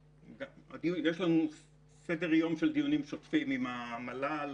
יש לנו סדר-יום של דיונים שוטפים עם המל"ל,